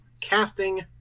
casting